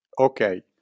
Okay